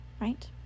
right